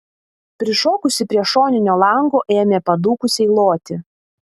prišokusi prie šoninio lango ėmė padūkusiai loti